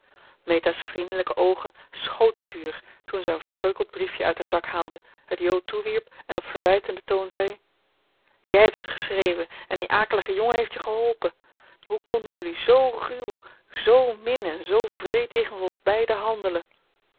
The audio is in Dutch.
meta's vriendelijke oogen schoten vuur toen zij een verkreukeld briefje uit haar zak haalde het jo toewierp en op verwijtenden toon zei jij hebt dit geschreven en die akelige jongen heeft je geholpen hoe konden jullie zoo ruw zoo min en zoo wreed jegens ons beiden handelen